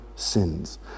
sins